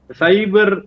cyber